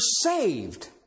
saved